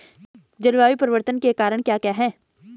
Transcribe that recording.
जलवायु परिवर्तन के कारण क्या क्या हैं?